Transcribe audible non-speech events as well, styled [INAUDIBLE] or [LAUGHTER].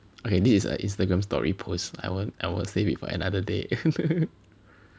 okay this is a Instagram story post I won't I will save it for another day [LAUGHS]